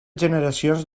generacions